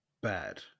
bad